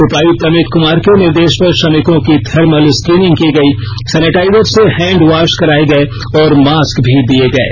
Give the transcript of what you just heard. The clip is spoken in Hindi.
उपायुक्त अमित कुमार के निर्देश पर श्रमिकों की थर्मल स्क्रीनिंग की गई सैनिटाइजर से हैंड वॉश कराए गए और मास्क भी दिये गये